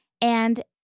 and-